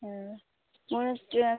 हय म्हूण क्य